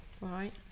right